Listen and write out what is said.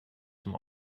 zum